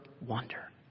wonder